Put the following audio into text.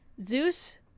Zeus